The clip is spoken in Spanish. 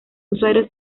usuarios